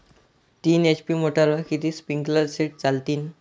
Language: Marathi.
तीन एच.पी मोटरवर किती स्प्रिंकलरचे सेट चालतीन?